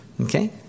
Okay